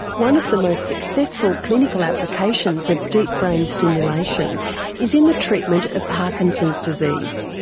one of the most successful clinical applications of deep brain stimulation is in the treatment of parkinson's disease.